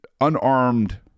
unarmed